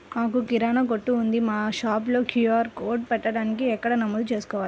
మాకు కిరాణా కొట్టు ఉంది మా షాప్లో క్యూ.ఆర్ కోడ్ పెట్టడానికి ఎక్కడ నమోదు చేసుకోవాలీ?